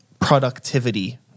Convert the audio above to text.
productivity